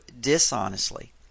dishonestly